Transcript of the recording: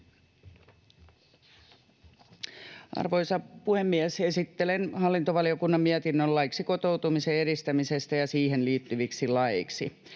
Arvoisa puhemies! Esittelen hallintovaliokunnan mietinnön laiksi kotoutumisen edistämisestä ja siihen liittyviksi laeiksi.